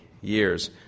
years